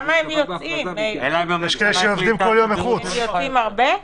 הם יוצאים הרבה?